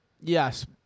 Yes